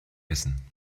essen